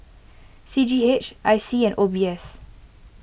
C G H I C and O B S